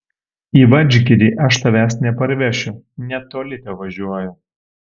į vadžgirį aš tavęs neparvešiu netoli tevažiuoju